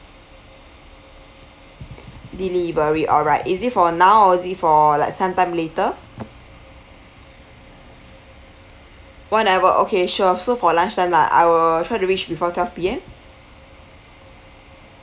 delivery alright is it for now or is it for like some time later whenever okay sure so for lunchtime lah I will try to reach before twelve P_M